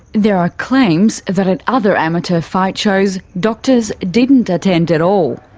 there are claims that at other amateur fight shows doctors didn't attend at all.